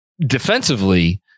defensively